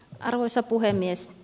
arvoisa puhemies